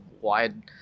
wide